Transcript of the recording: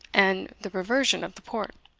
and the reversion of the port.